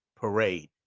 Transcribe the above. Parade